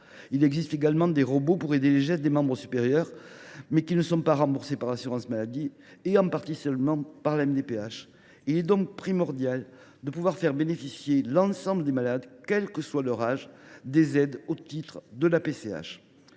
Il existe également des robots pour aider les gestes des membres supérieurs, qui ne sont pas remboursés par l’assurance maladie et ne le sont qu’en partie seulement par la MDPH. Il est donc primordial de pouvoir faire bénéficier l’ensemble des malades, quel que soit leur âge, des aides au titre de la PCH.